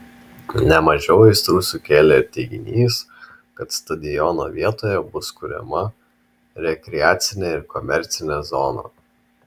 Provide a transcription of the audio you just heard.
ne mažiau aistrų sukėlė ir teiginys kad stadiono vietoje bus kuriama rekreacinė ir komercinė zona